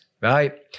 right